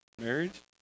marriage